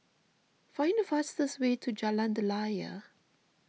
find the fastest way to Jalan Daliah